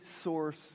source